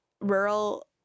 rural